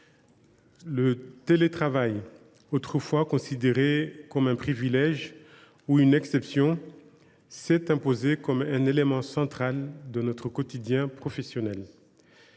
Le télétravail, autrefois considéré comme un privilège ou une exception, s’est imposé comme un élément central de notre quotidien professionnel.